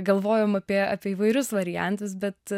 galvojom apie apie įvairius variantus bet